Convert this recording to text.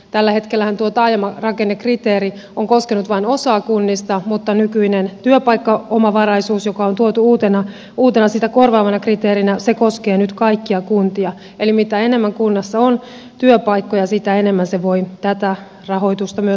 tällä hetkellähän tuo taajamarakennekriteeri on koskenut vain osaa kunnista mutta nykyinen työpaikkaomavaraisuus joka on tuotu uutena sitä korvaavana kriteerinä koskee nyt kaikkia kuntia eli mitä enemmän kunnassa on työpaikkoja sitä enemmän se voi tätä rahoitusta myös saada